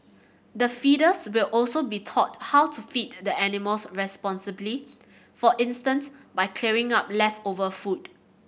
the feeders will also be taught how to feed the animals responsibly for instance by clearing up leftover food